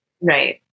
Right